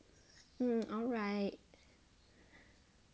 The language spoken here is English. mm alight